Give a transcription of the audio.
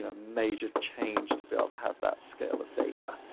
and major change to be able to have that scale of data.